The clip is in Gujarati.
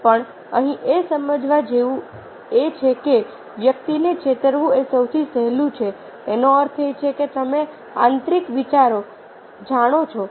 પણ અહીં એ સમજવા જેવું એ છે કે વ્યક્તિને છેતરવું એ સૌથી સહેલું છે એનો અર્થ એ છે કે તમે આંતરિક વિચારો જાણો છો